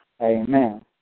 Amen